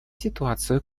ситуацию